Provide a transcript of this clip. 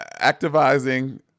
activizing